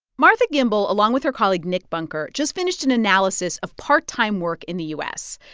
martha gimbel, along with her colleague nick bunker, just finished an analysis of part-time work in the u s.